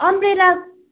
umbrella